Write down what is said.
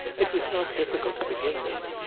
it was not difficult to begin them.